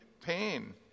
pain